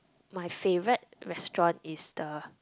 my favourite restaurant is the